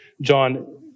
John